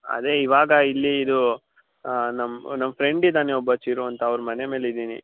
ಅದೇ ಇವಾಗ ಇಲ್ಲಿ ಇದು ಹಾಂ ನಮ್ಮ ಫ್ರೆಂಡ್ ಇದ್ದಾನೆ ಒಬ್ಬ ಚಿರು ಅಂತ ಅವ್ರ ಮನೆ ಮೇಲೆ ಇದ್ದೀನಿ